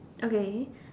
okay